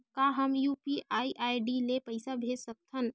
का हम UPI ID ले पईसा भेज सकथन?